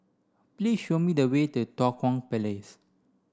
please show me the way to Tua Kong Place